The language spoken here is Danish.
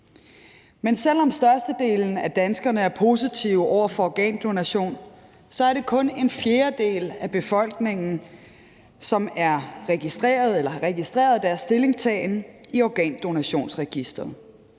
Men selv om størstedelen af danskerne er positive over for organdonation, er det kun en fjerdedel af befolkningen, som har registreret deres stillingtagen i Organdonorregisteret.